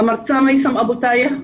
המרצה מייסם אבו תאיה: